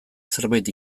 zerbait